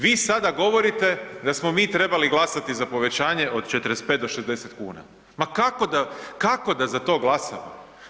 Vi sada govorite da smo mi trebali glasati za povećanje od 45 do 60 kn, ma kako da za to glasamo?